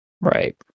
Right